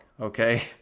okay